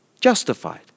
justified